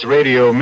Radio